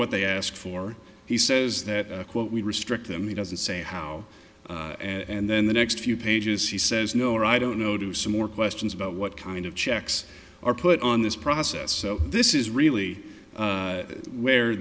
what they ask for he says that quote we restrict them he doesn't say how and then the next few pages he says no or i don't know to some more questions about what kind of checks are put on this process so this is really where